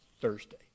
Thursday